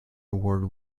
award